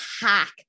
hack